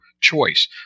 choice